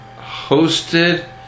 hosted